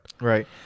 Right